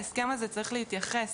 ההסכם הזה צריך להתייחס,